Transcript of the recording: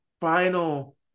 final